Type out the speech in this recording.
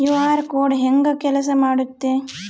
QR code ಹೆಂಗ ಕೆಲಸ ಮಾಡುತ್ತೆ?